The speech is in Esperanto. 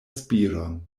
spiron